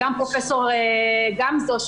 גם פרופ' גמזו,